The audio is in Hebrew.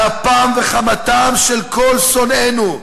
על אפם וחמתם של כל שונאינו,